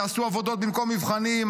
יעשו עבודות במקום מבחנים,